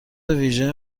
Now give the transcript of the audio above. ویژه